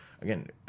Again